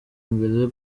imbere